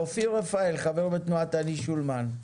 אופיר רפאל, חבר בתנועת אני שולמן.